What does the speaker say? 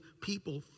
people